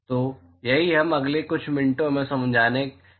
तो यही हम अगले कुछ मिनटों में समझाने जा रहे हैं